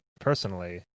personally